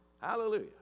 Hallelujah